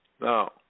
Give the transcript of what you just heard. Now